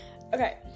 Okay